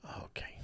okay